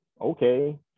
okay